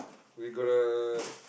we gotta